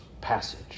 passage